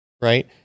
right